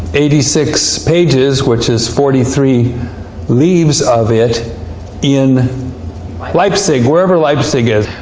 eighty six pages, which is forty three leaves of it in leipzig, wherever leipzig is.